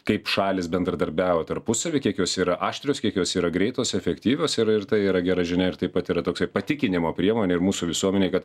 kaip šalys bendradarbiavo tarpusavy kiek jos yra aštrios kiek jos yra greitos efektyvios ir ir tai yra gera žinia ir taip pat yra toksai patikinimo priemonė ir mūsų visuomenei kad